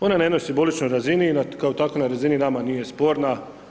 Ona na jednoj simboličnoj razini kao takva na razini nama nije sporna.